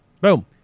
Boom